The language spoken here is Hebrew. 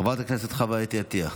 חברת הכנסת חוה אתי עטייה.